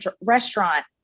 restaurant